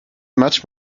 much